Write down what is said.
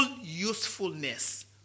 usefulness